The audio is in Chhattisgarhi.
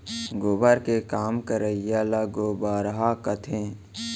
गोबर के काम करइया ल गोबरहा कथें